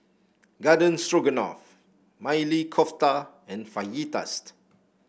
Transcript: Garden Stroganoff Maili Kofta and Fajitas